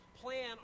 plan